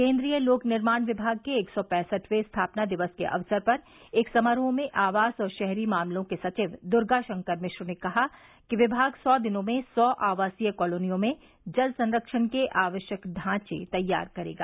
केंद्रीय लोक निर्माण विभाग के एक सौ पैसठवें स्थापना दिवस के अवसर पर एक समारोह में आवास और शहरी मामलों के सचिव द्गाशंकर मिश्र ने कहा कि विभाग सौ दिनों में सौ आवासीय कालोनियों में जल संरक्षण के आवश्यक ढांचे तैयार करेगा